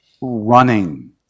running